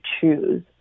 choose